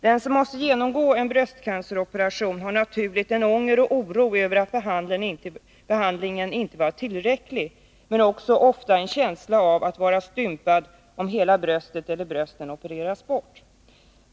Den som måste genomgå en bröstcanceroperation har naturligt en ångest och oro över att behandlingen inte varit tillräcklig men också ofta en känsla av att vara stympad om hela bröstet eller brösten opererats bort.